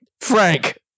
frank